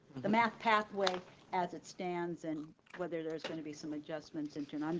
the math pathway as it stands and whether there's gonna be some adjustments into and and